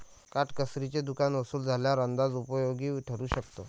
काटकसरीचे दुकान वसूल झाल्यावर अंदाज उपयोगी ठरू शकतो